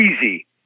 easy